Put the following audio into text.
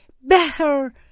better